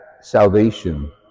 Salvation